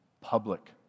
public